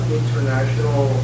international